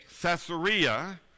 caesarea